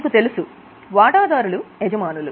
మీకు తెలుసు వాటాదారులు యజమానులు